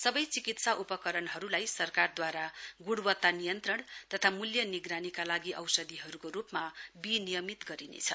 सबै चिकित्सा उपकरणहरूलाई सरकारद्वारा ग्णवत्ता नियन्त्रण तथा मूल्य निगरानीका लागि औषधिहरूको रूपमा बिनियमित गरिनेछ